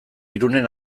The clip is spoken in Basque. irunen